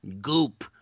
goop